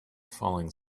falling